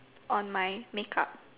on my make up